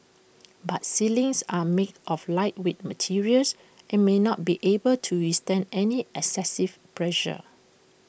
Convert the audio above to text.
but ceilings are made of lightweight materials and may not be able to withstand any excessive pressure